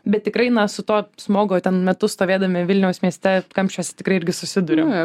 bet tikrai na su tuo smogu ten metus stovėdami vilniaus mieste kamščiuose tikrai irgi susiduriu